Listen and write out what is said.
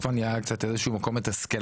באיזשהו מקום זה מתסכל.